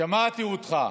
שמעתי אותך.